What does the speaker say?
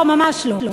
לא, ממש לא.